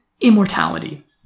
immortality